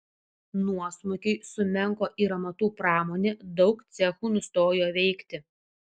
nuosmukiui sumenko ir amatų pramonė daug cechų nustojo veikti